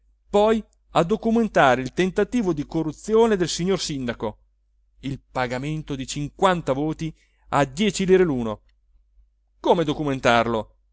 poi a documentare il tentativo di corruzione del signor sindaco il pagamento di cinquanta voti a dieci lire luno come documentarlo